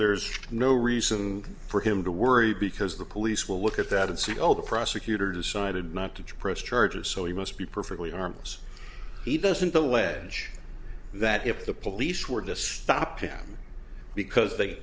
there's no reason for him to worry because the police will look at that and see all the prosecutor decided not to press charges so he must be perfectly harmless he doesn't allege that if the police were to stop him because they